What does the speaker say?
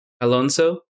Alonso